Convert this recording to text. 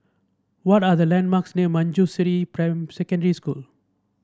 what are the landmarks near Manjusri Secondary School